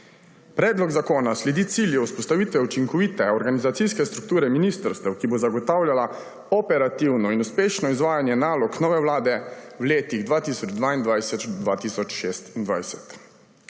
Predlog zakona sledi cilju vzpostavitev učinkovite organizacijske strukture ministrstev, ki bo zagotavljala operativno in uspešno izvajanje nalog nove vlade v letih 2022−2026.